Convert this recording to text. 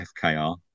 FKR